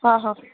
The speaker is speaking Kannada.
ಹಾಂ ಹಾಂ